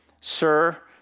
Sir